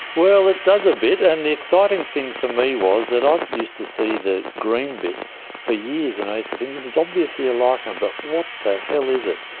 well, it does a bit, and the exciting thing for me was that i used to see the green bit for years and i used to think, this is obviously a lichen, but what the hell is it?